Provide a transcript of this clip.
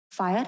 Fire